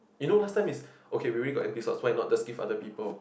you know last time is okay maybe got anti subscript not just give other people